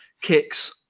kicks